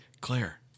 Claire